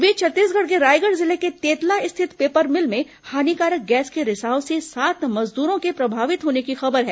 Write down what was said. इस बीच छत्तीसगढ़ के रायगढ़ जिले के तेतला स्थित पेपर मिल में हानिकारक गैस के रिसाव से सात मजदूरों के प्रभावित होने की खबर है